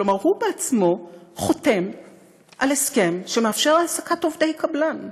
כלומר הוא בעצמו חותם על הסכם שמאפשר העסקת עובדי קבלן.